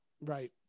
Right